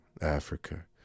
Africa